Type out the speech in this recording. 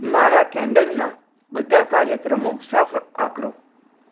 મારા કેલેન્ડરના બધા કાર્યક્રમો સાફ આ કરો